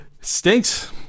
stinks